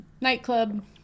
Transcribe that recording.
nightclub